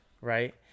right